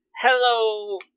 hello